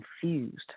confused